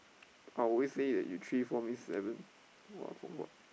I always say that your three four mean seven !wah! for what